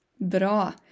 Bra